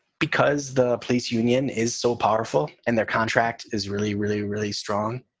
because the police union is so powerful and their contract is really, really, really strong.